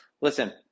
listen